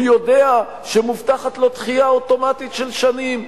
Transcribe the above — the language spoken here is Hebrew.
הוא יודע שמובטחת לו דחייה אוטומטית של שנים.